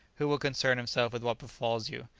who will concern himself with what befalls you?